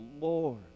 Lord